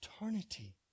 eternity